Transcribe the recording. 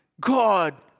God